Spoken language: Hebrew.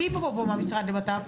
מי פה מהמשרד לבט"פ?